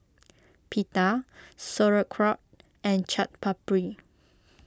Pita Sauerkraut and Chaat Papri